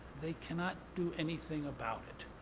they cannot do anything about it.